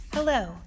Hello